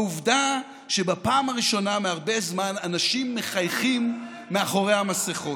העובדה שבפעם הראשונה הרבה זמן אנשים מחייכים מאחורי המסכות.